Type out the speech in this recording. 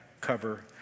cover